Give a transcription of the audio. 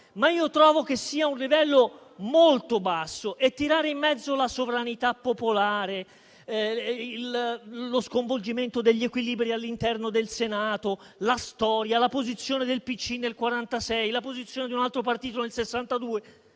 ma che trovo molto basso. Tirare in mezzo la sovranità popolare, lo sconvolgimento degli equilibri all'interno del Senato, la storia, la posizione del PCI nel 1946 e la posizione di un altro partito nel 1962